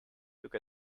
took